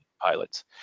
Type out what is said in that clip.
pilots